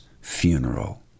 funeral